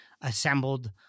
assembled